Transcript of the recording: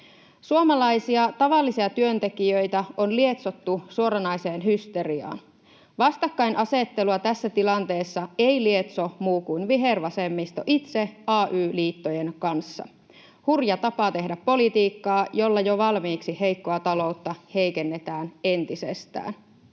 Suomalaisia tavallisia työntekijöitä on lietsottu suoranaiseen hysteriaan. Vastakkainasettelua tässä tilanteessa ei lietso muu kuin vihervasemmisto itse ay-liittojen kanssa — hurja tapaa tehdä politiikkaa, jolla jo valmiiksi heikkoa taloutta heikennetään entisestään.